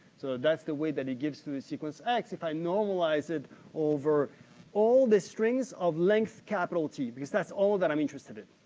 so, that's the weight that it gives to sequence x if i normalize it over all the strings of length capital t, because that's all that i'm interested in.